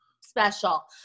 special